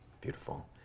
Beautiful